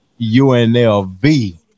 UNLV